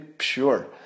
sure